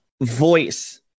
voice